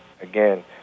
again